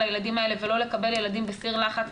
הילדים האלה ולא לקבל ילדים בסיר לחץ,